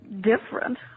different